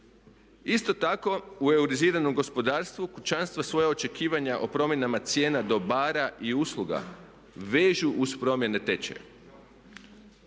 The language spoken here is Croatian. Isto tako u euriziranom gospodarstvu kućanstva svoja očekivanja o promjenama cijena dobara i usluga vežu uz promjene tečaja.